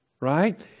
right